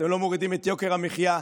אתם לא מורידים את יוקר המחיה,